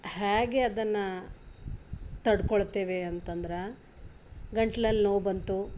ಹೇಗೆ ಅದನ್ನು ತಡ್ಕೊಳ್ತೇವೆ ಅಂತಂದ್ರೆ ಗಂಟ್ಲಲ್ಲಿ ನೋವು ಬಂತು